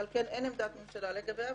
ועל כן אין עמדת ממשלה לגביה,